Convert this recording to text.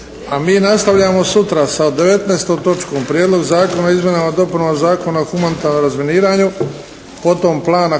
A mi nastavljamo sutra sa 19. točkom Prijedlog zakona o izmjenama i dopunama Zakona o humanitarnom razminiranju, potom plana